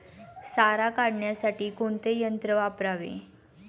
सारा काढण्यासाठी कोणते यंत्र वापरावे?